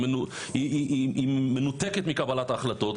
היא מנותקת מקבלת ההחלטות,